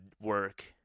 work